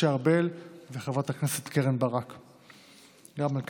משה ארבל וקרן ברק בנושא: התערבות מיידית ומציאת